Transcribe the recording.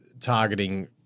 targeting